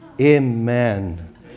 Amen